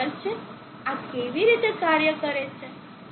આ કેવી રીતે કાર્ય કરે છે